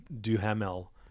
Duhamel